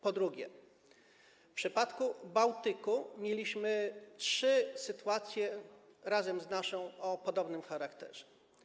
Po drugie, w przypadku Bałtyku mieliśmy trzy sytuacje, razem z naszą, o podobnym charakterze.